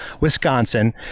Wisconsin